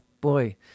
boy